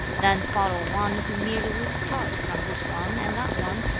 than follow one who merely withdraws from this one and that one,